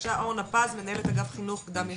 בבקשה אורנה פז, מנהלת אגף חינוך קדם יסודי.